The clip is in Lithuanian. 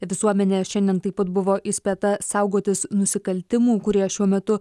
visuomenė šiandien taip pat buvo įspėta saugotis nusikaltimų kurie šiuo metu